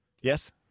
Yes